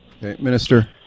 Minister